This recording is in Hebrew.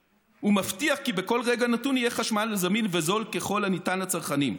ומבטיח כי בכל רגע נתון יהיה חשמל זמין וזול ככל הניתן לצרכנים".